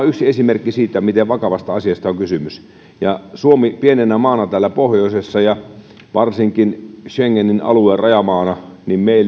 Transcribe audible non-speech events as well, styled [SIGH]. [UNINTELLIGIBLE] yksi esimerkki siitä miten vakavasta asiasta on kysymys ja suomelle pienenä maana täällä pohjoisessa ja varsinkin schengen alueen rajamaana